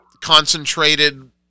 concentrated